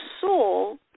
soul